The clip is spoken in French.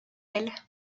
elle